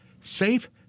Safe